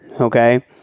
okay